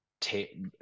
take